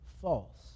false